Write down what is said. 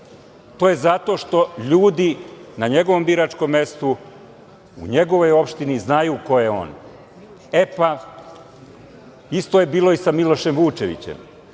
To je zato što ljudi na njegovom biračkom mestu, u njegovoj opštini, znaju ko je on. Isto je bilo i sa Milošem Vučevićem.